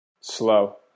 Slow